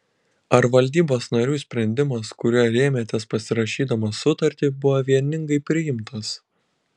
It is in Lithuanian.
ar valdybos narių sprendimas kuriuo rėmėtės pasirašydamas sutartį buvo vieningai priimtas